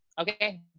okay